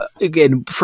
again